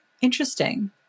interesting